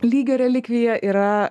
lygio relikvija yra